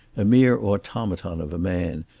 a mere automaton of a man,